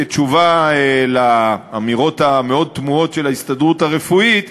כתשובה על האמירות המאוד-תמוהות של ההסתדרות הרפואית,